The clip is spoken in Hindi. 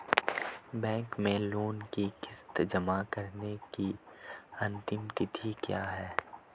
बैंक में लोंन की किश्त जमा कराने की अंतिम तिथि क्या है?